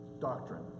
doctrine